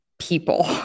people